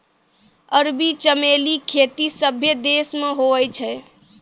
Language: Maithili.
अरबी चमेली खेती सभ्भे देश मे हुवै छै